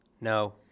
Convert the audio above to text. No